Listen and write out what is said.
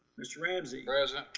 mr. ramsay present.